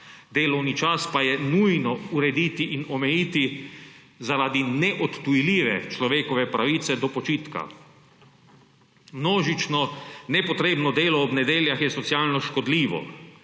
Delovni čas pa je nujno urediti in omejiti zaradi neodtujljive človekove pravice do počitka. Množično nepotrebno delo ob nedeljah je socialno škodljivo.